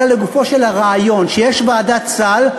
אלא לגופו של הרעיון שיש ועדת סל,